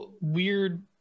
weird